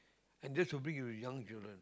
and this would bring you to your young children